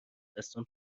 دستام